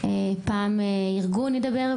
פעם ארגון ידבר,